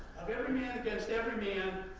of every man against every man,